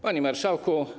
Panie Marszałku!